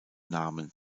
namen